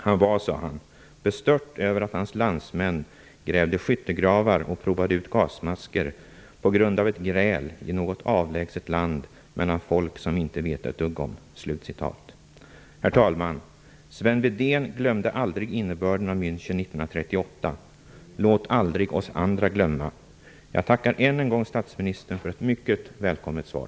Han var, sade han, bestört över att hans landsmän grävde skyttegravar och provade ut gasmasker ''på grund av ett gräl i något avlägset land mellan folk som vi inte vet ett dugg om.''' Herr talman! Sven Wedén glömde aldrig innebörden av München 1938. Låt aldrig oss andra glömma! Jag tackar än en gång statsministern för ett mycket välkommet svar!